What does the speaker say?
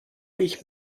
ich